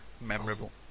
memorable